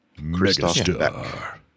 megastar